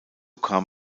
kam